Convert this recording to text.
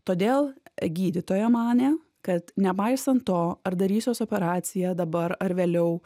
todėl gydytoja manė kad nepaisant to ar darysiuos operaciją dabar ar vėliau